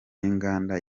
n’inganda